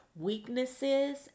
weaknesses